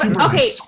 Okay